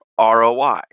ROI